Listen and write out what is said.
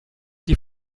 die